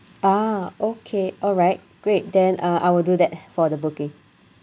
ah okay alright great then uh I will do that for the booking